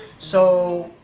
so,